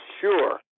sure